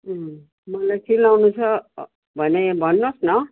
मलाई सिलाउनु छ भने भन्नुहोस् न